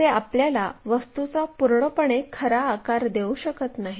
ते आपल्याला वस्तूचा पूर्णपणे खरा आकार देऊ शकत नाही